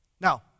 Now